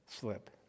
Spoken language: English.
slip